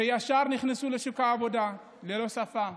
וישר נכנסו לשוק העבודה, ללא שפה,